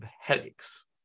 headaches